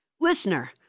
Listener